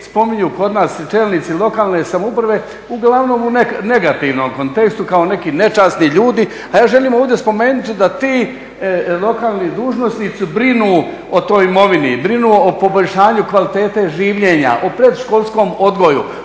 spominju kod nas čelnici lokalne samouprave uglavnom u negativnom kontekstu kao neki nečasni ljudi, a ja želim ovdje spomenuti da ti lokalni dužnosnici brinu o toj imovini i brinu o poboljšanju kvalitete življenja, o predškolskom odgoju,